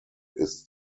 ist